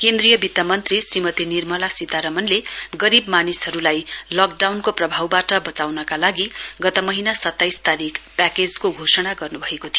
केन्द्रीय वित्त मन्त्री श्रीमती निर्मला सीतारमनले गरीब मानिसहरूलाई लकडाउनको प्रभावबाट बचाउनका लागि गत महीना सत्ताइस तारीक प्याकेजको घोषणा गर्नुभएको थियो